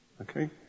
Okay